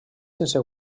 sense